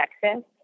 Texas